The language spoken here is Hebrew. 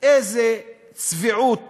איזה צביעות